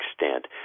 extent